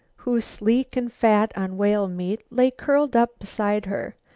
who, sleek and fat on whale meat, lay curled up beside her,